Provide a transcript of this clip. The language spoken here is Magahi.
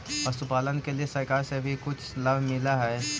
पशुपालन के लिए सरकार से भी कुछ लाभ मिलै हई?